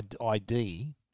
ID